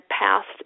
passed